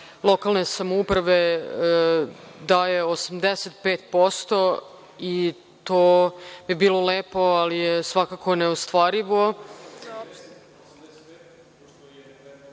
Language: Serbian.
lokalne samouprave daje 85% i to bi bilo lepo, ali je svakako neostvarivo...(Goran